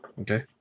Okay